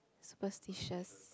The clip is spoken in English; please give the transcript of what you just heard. superstitious